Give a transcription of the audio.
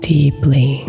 Deeply